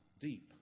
deep